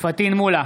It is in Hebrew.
פטין מולא,